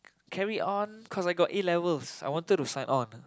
carry on cause I got A-levels I wanted to sign on